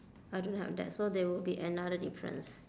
I don't have that so there would be another difference